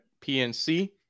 pnc